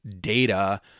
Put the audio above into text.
data